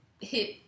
hit